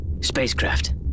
Spacecraft